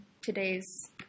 today's